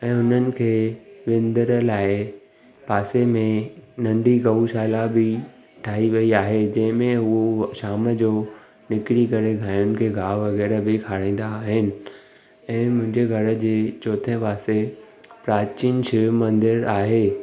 ऐं उन्हनि खे विंदुर लाइ पासे में नंढी गऊशाला बि ठाही वई आहे जंहिंमें उहे शाम जो निकरी करे गायुनि खे गाहु वग़ैरह बि खाराईंदा आहिनि ऐं मुंहिंजे घर जे चोथें पासे प्राचीन शिव मंदरु आहे